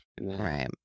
right